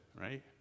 right